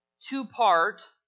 two-part